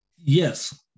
Yes